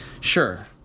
Sure